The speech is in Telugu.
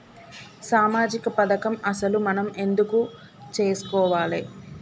సామాజిక పథకం అసలు మనం ఎందుకు చేస్కోవాలే?